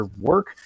work